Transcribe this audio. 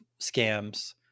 scams